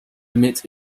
admit